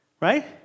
right